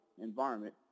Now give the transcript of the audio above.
environment